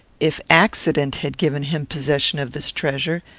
if accident had given him possession of this treasure,